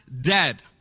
dead